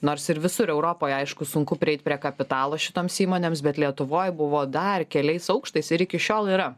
nors ir visur europoje aišku sunku prieit prie kapitalo šitoms įmonėms bet lietuvoj buvo dar keliais aukštais ir iki šiol yra